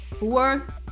worth